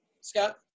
Scott